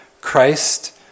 Christ